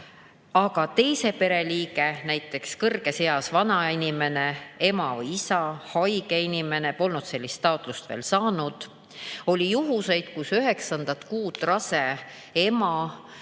aga teine pereliige, näiteks kõrges eas, vana inimene, ema või isa, haige inimene polnud sellist taotlust veel saanud. Oli juhuseid, kus üheksandat kuud rase ema